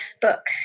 book